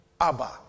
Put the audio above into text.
Abba